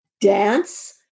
dance